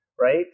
Right